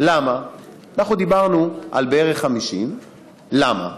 אנחנו דיברנו על בערך 50. למה?